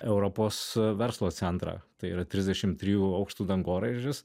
europos verslo centrą tai yra trisdešim trijų aukštų dangoraižis